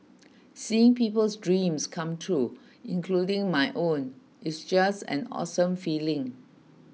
seeing people's dreams come true including my own it's just an awesome feeling